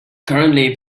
currently